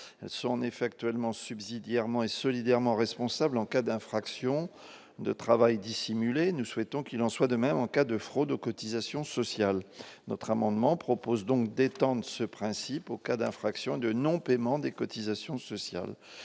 Elles sont actuellement subsidiairement et solidairement responsables en cas d'infraction de travail dissimulé : nous souhaitons qu'il en soit de même en cas de fraude aux cotisations sociales. Par cet amendement, nous proposons donc d'étendre ce principe au cas d'infraction de non-paiement des cotisations sociales.